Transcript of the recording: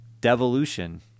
devolution